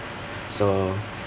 so